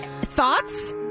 Thoughts